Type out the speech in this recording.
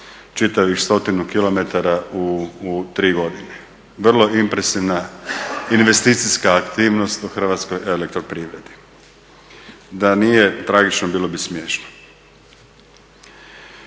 čitavih 100 km u tri godine, vrlo impresivna investicijska aktivnost u HEP-u. Da nije tragično bilo bi smiješno.